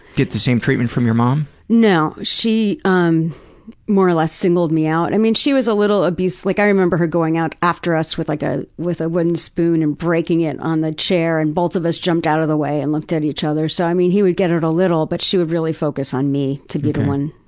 get the same treatment from your mom? no, she um more or less singled me out. i mean, she was a little abus so like i remember her going out after us with like ah with a wooden spoon and breaking it on the chair and both of us jumped out of the way and looked at each other so i mean, he would get it a little but she would really focus on me to be the one.